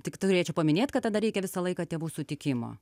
tik turėčiau paminėt kad tada reikia visą laiką tėvų sutikimo